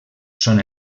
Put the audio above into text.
són